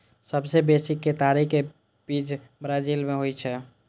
सबसं बेसी केतारी के खेती ब्राजील मे होइ छै